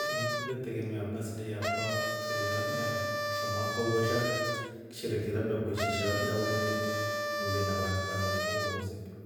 Ngivetegemia besidei yakwa mfiri labda sha mwaka wo weshangisherekee labda kwaishinsha labda umbe nile na vana ukoo voose piu.